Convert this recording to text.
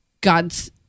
God's